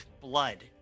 blood